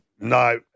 No